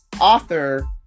author